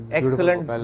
Excellent